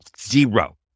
zero